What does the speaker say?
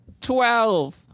Twelve